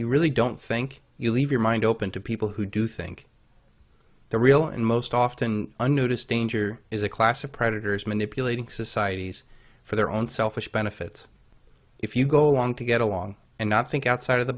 you really don't think you leave your mind open to people who do think the real and most often unnoticed danger is a class of predators manipulating societies for their own selfish benefits if you go along to get along and not think outside of the